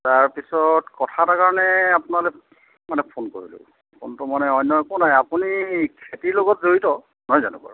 তাৰপাছত কথা এটাৰ কাৰণে আপোনালে মানে ফোন কৰিলোঁ ফোনটো মানে অন্য একো নাই আপুনি খেতিৰ লগত জড়িত নহয় জানো বাৰু